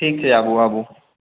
ठीक छै आबू आबू